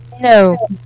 No